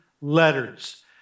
letters